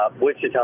Wichita